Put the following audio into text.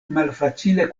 malfacile